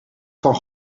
van